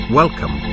welcome